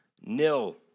nil